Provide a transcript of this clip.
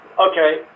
okay